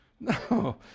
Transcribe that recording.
no